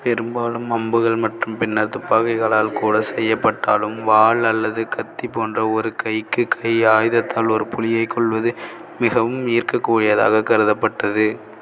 பெரும்பாலும் அம்புகள் மற்றும் பின்னர் துப்பாக்கிகளால் கூட செய்யப்பட்டாலும் வாள் அல்லது கத்தி போன்ற ஒரு கைக்கு கை ஆயுதத்தால் ஒரு புலியைக் கொல்வது மிகவும் ஈர்க்கக்கூடியதாக கருதப்பட்டது